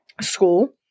school